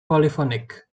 polyphonic